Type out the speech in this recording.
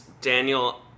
Daniel